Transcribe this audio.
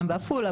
גם בעפולה,